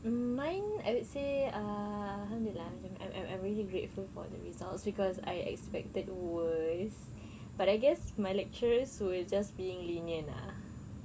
mine I would say ah alhamdulillah I'm I'm very grateful for the results cause I expected worse but I guess my lecturers were just being lenient ah